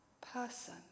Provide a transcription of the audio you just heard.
person